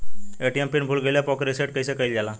ATM pin भूल गईल पर ओके रीसेट कइसे कइल जाला?